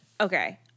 okay